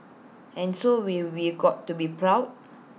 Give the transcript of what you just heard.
and so we've be got to be proud